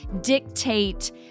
dictate